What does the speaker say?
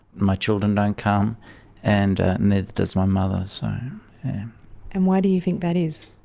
my children don't come and neither does my mother. so and why do you think that is?